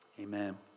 Amen